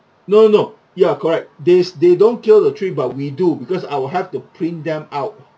no no ya correct they they don't kill the tree but we do because I will have to print them out